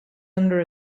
under